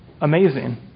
amazing